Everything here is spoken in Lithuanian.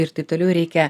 ir taip toliau reikia